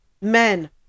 Men